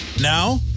Now